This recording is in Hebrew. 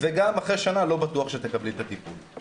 וגם אחרי שנה לא בטוח שתקבלי את הטיפול.